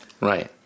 Right